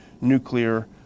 nuclear